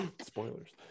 Spoilers